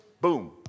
Boom